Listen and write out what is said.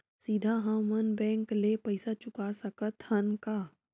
सीधा हम मन बैंक ले पईसा चुका सकत हन का?